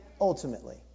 Ultimately